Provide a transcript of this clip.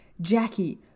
Jackie